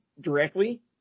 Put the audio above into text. directly